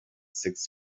six